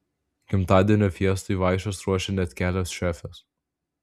gimtadienio fiestai vaišes ruošė net kelios šefės